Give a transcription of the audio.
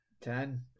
Ten